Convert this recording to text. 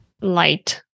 light